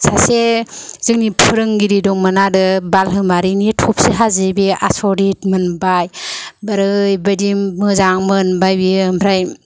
सासे जोंनि फोरोंगिरि दंमोन आरो बालहोमारिनि टफसि हाजि बे आसरिथ मोनबाय ओरैबादि मोजां मोनबाय बियो ओमफ्राय